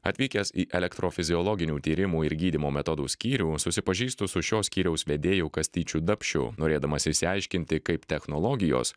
atvykęs į elektrofiziologinių tyrimų ir gydymo metodų skyrių susipažįstu su šio skyriaus vedėju kastyčiu dapšiu norėdamas išsiaiškinti kaip technologijos